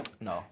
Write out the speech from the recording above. No